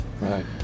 Right